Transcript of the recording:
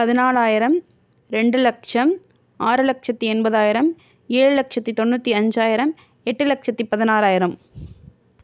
பதினாலாயிரம் ரெண்டு லட்சம் ஆறு லட்சத்தி எண்பதாயிரம் ஏழு லட்சத்தி தொண்ணூற்றி அஞ்சாயிரம் எட்டு லட்சத்தி பதினாறாயிரம்